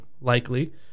likely